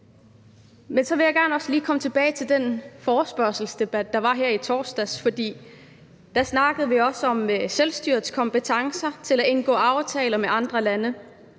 Men jeg vil også gerne lige komme tilbage til den forespørgselsdebat, der var her i torsdags, for da snakkede vi også om selvstyrets kompetencer til at indgå aftaler med andre lande.